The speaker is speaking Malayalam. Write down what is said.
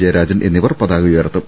ജയരാ ജൻ എന്നിവർ പതാക ഉയർത്തും